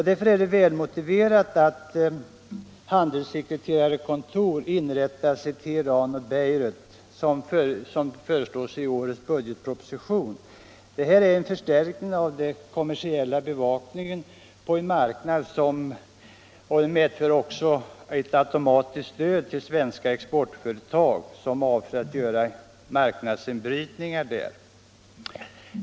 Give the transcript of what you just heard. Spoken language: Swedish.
Därför är det välmotiverat att handelssekreterarkontor inrättas i Teheran och Beirut som föreslås i årets budgetproposition. Det är en förstärkning av den kommersiella bevakningen på denna marknad och medför automatiskt ett ökat stöd till svenska exportföretag som avser att göra marknadsinbrytningar där.